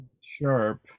Sharp